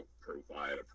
provide